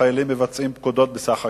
חיילים מבצעים פקודת בסך הכול,